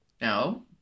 no